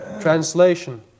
Translation